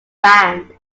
band